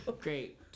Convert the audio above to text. Great